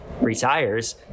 retires